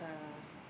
uh